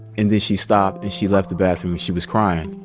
and then, she stopped and she left the bathroom, and she was crying.